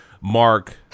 Mark